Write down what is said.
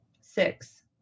Six